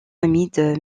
hamid